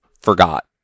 forgot